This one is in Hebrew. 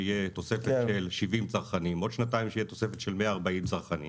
שתהיה תוספת של 70 צרכנים עוד שנתיים שתהיה תוספת של 140 צרכנים